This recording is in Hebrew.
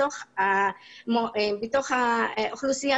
בתוך החברה